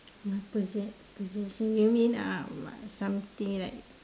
my possess possession you mean uh what something like